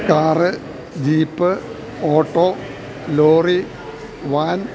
car jeep auto lorry van